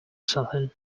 something